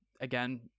Again